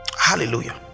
hallelujah